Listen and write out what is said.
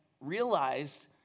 realized